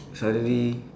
suddenly